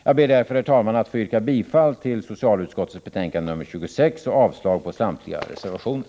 Jag ber därför, herr talman, att få yrka bifall till hemställan i socialutskottets betänkande nr 26 och avslag på samtliga reservationer.